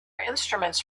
instruments